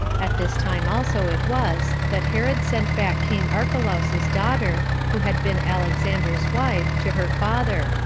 at this time also it was that herod sent back king archelaus's daughter, who had been alexander's wife, to her father,